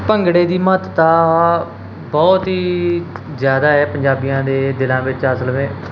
ਭੰਗੜੇ ਦੀ ਮਹੱਤਤਾ ਬਹੁਤ ਹੀ ਜ਼ਿਆਦਾ ਹੈ ਪੰਜਾਬੀਆਂ ਦੇ ਦਿਲਾਂ ਵਿੱਚ ਅਸਲ ਮੇਂ